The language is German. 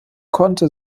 konnte